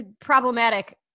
problematic